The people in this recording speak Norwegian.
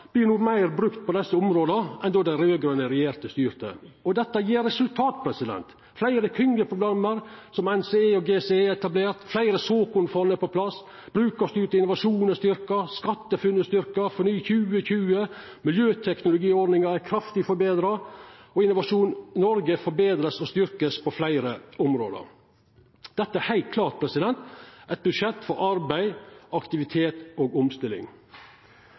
meir vert no brukte på desse områda enn då dei raud-grøne styrte. Dette gjev resultat. Fleire klyngeprogram, som NCE og GCE er etablerte. Fleire såkornfond er på plass. Brukarstyrt innovasjon er styrkt. SkatteFUNN er styrkt. FORNY2020 er styrkt. Miljøteknologiordninga er kraftig forbetra, og Innovasjon Noreg vert forbetra og styrkt på fleire område. Dette er heilt klart eit budsjett for arbeid, aktivitet og omstilling.